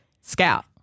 scout